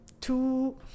two